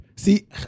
See